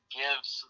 gives